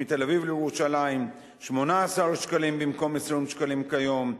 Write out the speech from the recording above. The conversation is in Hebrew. מתל-אביב לירושלים 18 שקלים במקום 20 שקלים כיום,